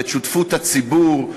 את שותפות הציבור,